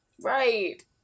Right